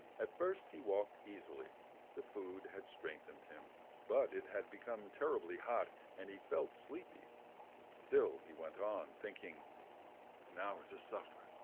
at first he walked easily the food had strengthened him but it had become terribly hot, and he felt sleepy still he went on, thinking an hour to suffer,